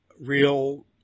real